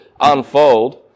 unfold